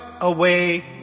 away